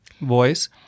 voice